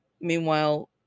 Meanwhile